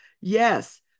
Yes